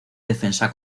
defensa